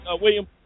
William